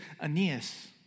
Aeneas